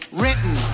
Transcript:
written